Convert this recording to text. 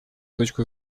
точку